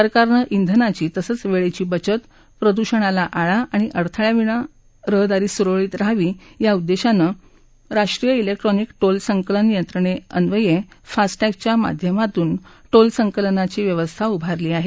सरकारन श्रेनाची तसंच वेळेची बचत प्रदूषणाला आळा आणि अडथळयाविना रहदारी सुरळीत रहावी या उद्देशानं राष्ट्रीय ज़ेक्ट्रॉनिक टोल संकलन यंत्रणेन्वये फास्टॅगच्या माध्यमातून टोल संकलनाची व्यवस्था उभारली आहे